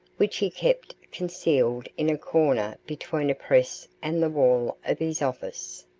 which he kept concealed in a corner between a press and the wall of his office.